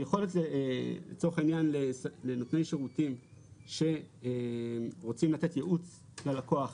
היכולת לנותני שירותים שרוצים לתת ייעוץ ללקוח,